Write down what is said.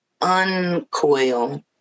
uncoil